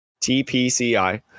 tpci